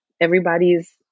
everybody's